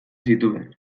zituen